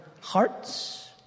hearts